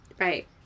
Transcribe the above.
Right